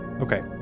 Okay